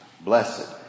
Blessed